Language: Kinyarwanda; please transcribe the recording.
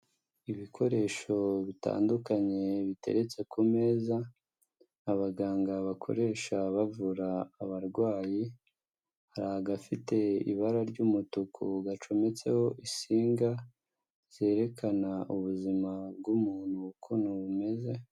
Ibikoresho bitandukanye biteretse ku meza abaganga bakoresha bavura abarwayi, hari agafite ibara ry'umutuku gacometseho insinga zerekana ubuzima bw'umuntu ukuntu bumeze.